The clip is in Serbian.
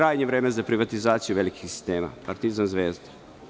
Krajnje je vreme za privatizaciju velikih sistema – „Partizan“, „Zvezda“